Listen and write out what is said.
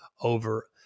over